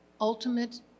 ultimate